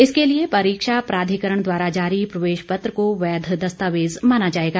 इसके लिए परीक्षा प्राधिकरण द्वारा जारी प्रवेश पत्र को वैध दस्तावेज माना जाएगा